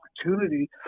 opportunity